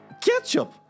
ketchup